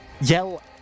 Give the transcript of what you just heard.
yell